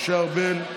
משה ארבל,